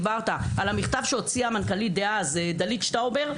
דיברת על המכתב שהוציאה המנכ"לית דאז דלית שטאובר,